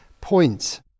point